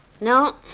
No